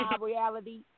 reality